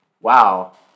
wow